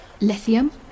Lithium